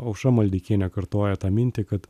aušra maldeikienė kartoja tą mintį kad